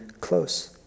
close